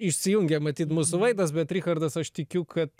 išsijungė matyt mūsų vaizdas bet richardas aš tikiu kad